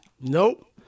Nope